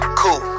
cool